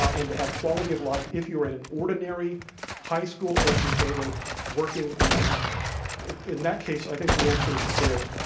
ah and to have quality of life if you're an ordinary high school educated working american? and in in that case i think the answer is clear.